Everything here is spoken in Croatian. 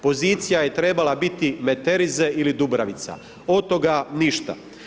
Pozicija je trebala biti Meterize ili Dubravica, od toga ništa.